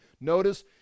notice